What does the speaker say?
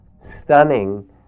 stunning